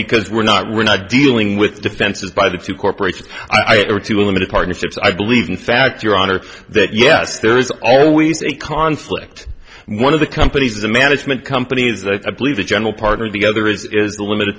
because we're not we're not dealing with defenses by the two corporations i agree to a limited partnerships i believe in fact your honor that yes there is always a conflict one of the companies is a management company is that i believe the general partner or the other is a limited